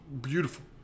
beautiful